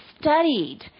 studied